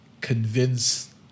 convince